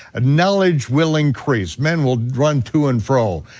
knowledge will increase, men will run to and fro,